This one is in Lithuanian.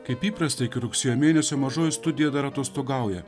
kaip įprasta iki rugsėjo mėnesio mažoji studija dar atostogauja